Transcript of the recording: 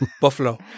Buffalo